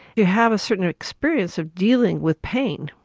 you have a certain experience of dealing with pain.